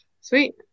sweet